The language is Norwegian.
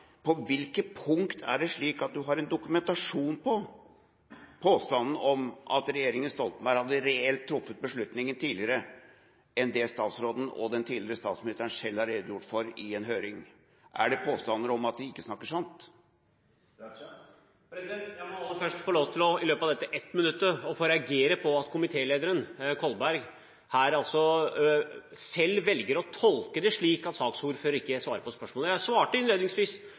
På hvilke punkt er det slik at han har en dokumentasjon for påstanden om at regjeringa Stoltenberg reelt hadde truffet beslutningen tidligere enn det statsråden og den tidligere statsministeren selv har redegjort for i en høring? Er det påstander om at de ikke snakker sant? Jeg må aller først, i løpet av dette ene minuttet, få lov til å reagere på at komitélederen, Kolberg, her altså selv velger å tolke det slik at saksordføreren ikke svarer på spørsmålet. Jeg svarte innledningsvis: